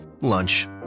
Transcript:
Lunch